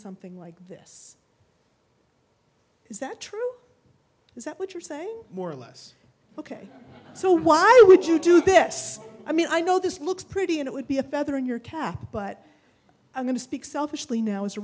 something like this is that true is that what you're saying more or less ok so why would you do this i mean i know this looks pretty and it would be a feather in your cap but i'm going to speak selfishly now as a